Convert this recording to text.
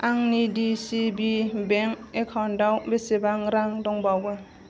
आंनि D C B bank एकाउन्टाव बेसेबां रां दंबावो